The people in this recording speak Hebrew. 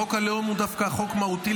חוק הלאום הוא דווקא חוק מהותי,